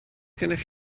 gennych